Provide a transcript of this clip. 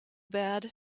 bad